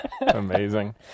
amazing